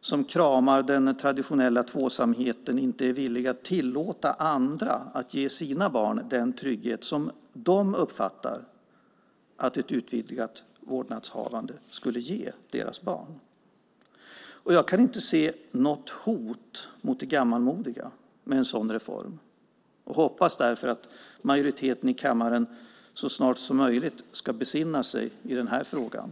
som kramar den traditionella tvåsamheten inte är villig att tillåta andra att ge sina barn den trygghet som de uppfattar att ett utvidgat vårdnadshavande skulle ge barnen. Jag kan inte se något hot mot det gammalmodiga med en sådan reform, och hoppas därför att majoriteten i kammaren så snart som möjligt ska besinna sig i frågan.